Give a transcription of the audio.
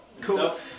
Cool